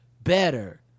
better